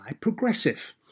Progressive